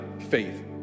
faith